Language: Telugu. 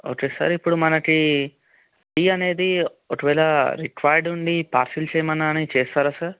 ఓకే సార్ ఇప్పుడు మనకు టీ అనేది ఒకవేళ రిక్వైర్డ్ ఉండి పార్సెల్స్ ఏమన్న కానీ చేస్తారా సార్